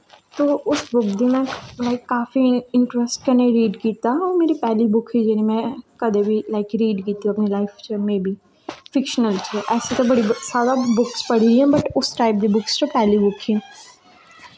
ते उस बुक गी ना में काफी इंट्रस्ट कन्नै रीड कीता मेरी पैह्ली बुक ही में कदें बी रीड कीती मेरी फिक्शनल च बड़ी बुक्स पड़ी दियां पर उस टाईप च पैह्ली बुक ही